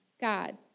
God